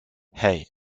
hey